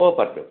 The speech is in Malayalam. ഓ പറഞ്ഞോ